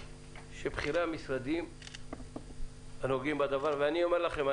שבכירי המשרדים הנוגעים לדבר ואני אומר לכם,